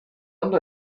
ondo